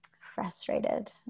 frustrated